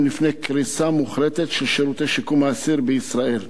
בפני קריסה מוחלטת של שירותי שיקום האסיר בישראל.